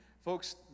folks